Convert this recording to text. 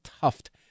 tuft